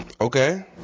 Okay